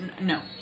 no